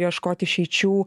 ieškot išeičių